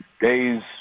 days